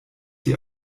die